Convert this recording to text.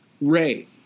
Ray